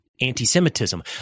anti-Semitism